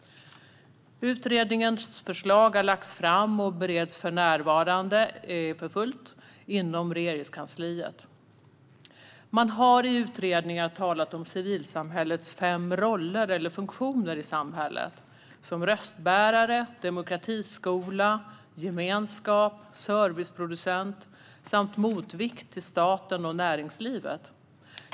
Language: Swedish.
Utredningens förslag har lagts fram och bereds för närvarande för fullt inom Regeringskansliet. I utredningen talas det om civilsamhällets fem roller eller funktioner i samhället: röstbärare, demokratiskola, gemenskap, serviceproducent och motvikt till staten och näringslivet.